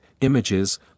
images